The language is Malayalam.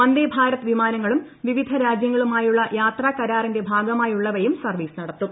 വന്ദേഭാരത് വിമാനങ്ങളും വിവിധ രാജ്യങ്ങളുമായുള്ള യാത്രാകരാറിന്റെ ഭാഗമായുള്ളവയും സർവീസ് നടത്തും